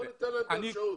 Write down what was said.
בואו ניתן להם את האפשרות.